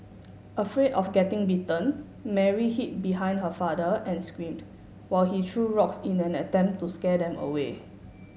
afraid of getting bitten Mary hid behind her father and screamed while he threw rocks in an attempt to scare them away